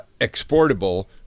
exportable